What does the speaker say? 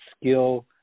skill